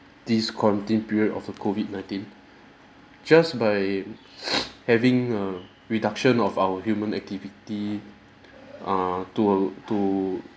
this quarantine period of the COVID nineteen just by having a reduction of our human activity err to a to